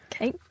Okay